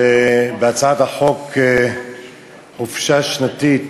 שבהצעת החוק חופשה שנתית